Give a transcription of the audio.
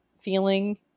feeling